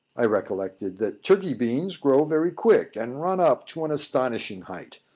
i recollected that turkey-beans grow very quick, and run up to an astonishing height.